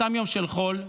סתם יום של חול,